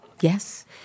Yes